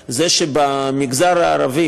אבל זה שבמגזר הערבי,